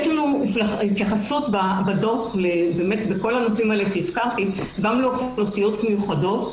יש לנו התייחסות בדוח בכל הנושאים שהזכרתי גם לאוכלוסיות מיוחדות,